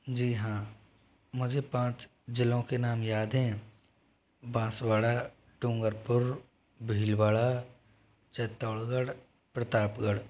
जी हाँ मुझे पाँच ज़िलों के नाम याद हैं बाँसवाड़ा डूंगरपुर भीलवाड़ा चित्तौड़गढ़ प्रतापगढ़